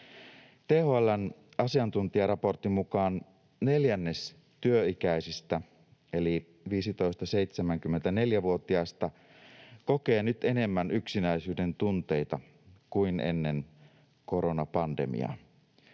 THL:n asiantuntijaraportin mukaan neljännes työikäisistä eli 15—74-vuotiaista kokee nyt enemmän yksinäisyyden tunteita kuin ennen koronapandemiaa.